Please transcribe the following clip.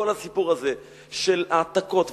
כל הסיפור הזה של העתקות,